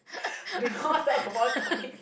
do not talk about topics